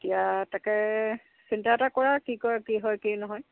এতিয়া তাকে চিন্তা এটা কৰা কি কৰে কি হয় কি নহয়